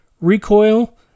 Recoil